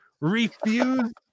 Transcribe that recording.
refuse